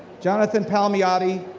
jonathan palmiotti,